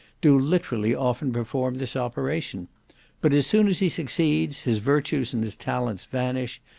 do literally often perform this operation but as soon as he succeeds, his virtues and his talents vanish,